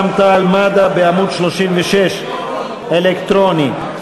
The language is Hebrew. רע"ם-תע"ל-מד"ע, בעמוד 36. אלקטרוני.